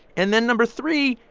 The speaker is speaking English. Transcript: and then number three,